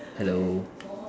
hello